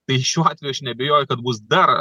tai šiuo atveju aš neabejoju kad bus dar